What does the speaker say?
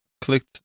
clicked